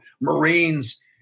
Marines